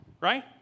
right